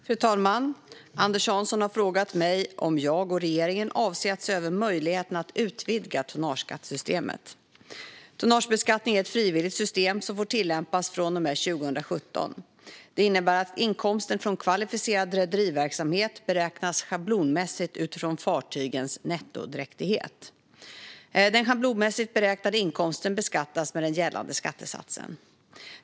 Fru talman! har frågat mig om jag och regeringen avser att se över möjligheterna att utvidga tonnageskattesystemet. Tonnagebeskattning är ett frivilligt system som får tillämpas från och med 2017. Det innebär att inkomsten från kvalificerad rederiverksamhet beräknas schablonmässigt utifrån fartygens nettodräktighet. Den schablonmässigt beräknade inkomsten beskattas med den gällande skattesatsen.